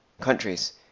countries